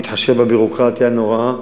בהתחשב בביורוקרטיה הנוראה,